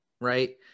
right